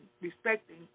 respecting